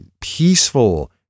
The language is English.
peaceful